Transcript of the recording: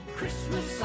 Christmas